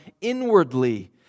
inwardly